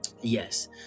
Yes